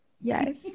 Yes